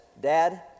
Dad